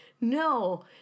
no